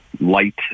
light